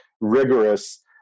rigorous